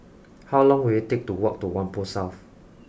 how long will it take to walk to Whampoa South